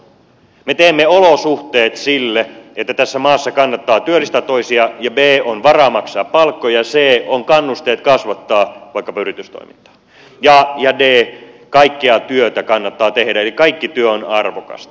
me teemme olosuhteet sille että a tässä maassa kannattaa työllistää toisia ja b on varaa maksaa palkkoja ja c on kannusteet kasvattaa vaikkapa yritystoimintaa ja d kaikkea työtä kannattaa tehdä eli kaikki työ on arvokasta